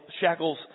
shackles